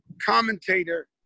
commentator